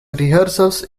rehearsals